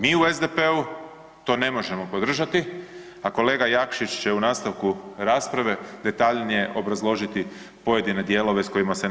Mi u SDP-u to ne možemo podržati, a kolega Jakšić će u nastavku rasprave detaljnije obrazložiti pojedine dijelove s kojima se ne